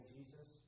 Jesus